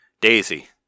Daisy